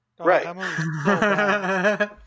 Right